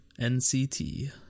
NCT